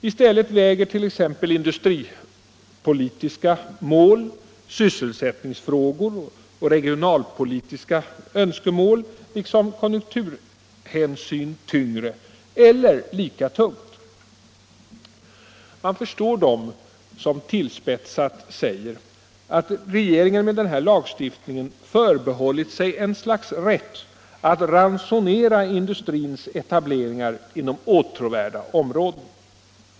I stället väger t.ex. industripolitiska mål, sysselsättningsfrågor och regionalpolitiska önskemål liksom konjunkturhänsyn tyngre eller lika tungt. Jag förstår dem som tillspetsat säger att regeringen med den här lag stiftningen förbehållit sig ett slags rätt att ransonera industrins etableringar inom åtråvärda områden.